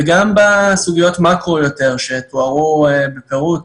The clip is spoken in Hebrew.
וגם בסוגיות מקרו יותר שתוארו בפירוט,